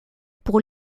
pour